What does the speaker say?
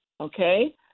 okay